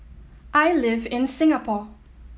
I live in Singapore